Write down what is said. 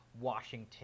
Washington